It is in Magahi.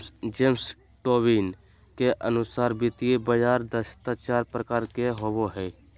जेम्स टोबीन के अनुसार वित्तीय बाजार दक्षता चार प्रकार के होवो हय